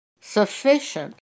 Sufficient